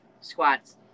squats